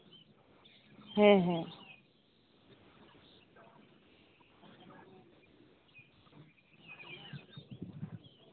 ᱦᱮᱸ ᱦᱮᱸ